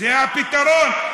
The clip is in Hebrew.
זה הפתרון.